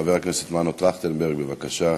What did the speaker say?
חבר הכנסת מנו טרכטנברג, בבקשה.